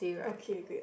okay good